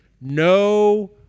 No